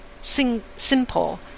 simple